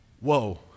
Whoa